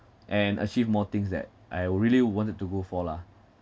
and achieve more things that I really wanted to go for lah